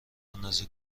اندازه